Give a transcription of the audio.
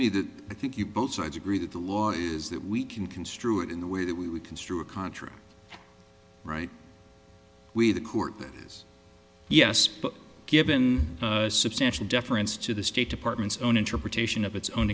me that i think you both sides agree that the law is that we can construe it in the way that we would construe a contract right with a court that has yes but given a substantial deference to the state department's own interpretation of its own